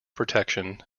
protection